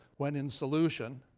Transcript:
when in solution,